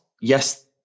yes